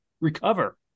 recover